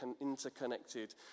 interconnected